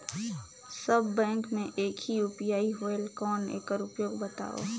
सब bank मे एक ही यू.पी.आई होएल कौन एकर उपयोग बताव?